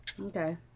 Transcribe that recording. Okay